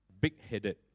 big-headed